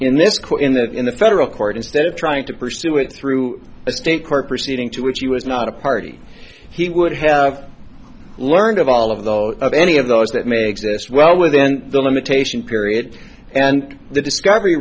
court in that in the federal court instead of trying to pursue it through a state court proceeding to which he was not a party he would have learned of all of those of any of those that may exist well within the limitation period and the discovery